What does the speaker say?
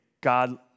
God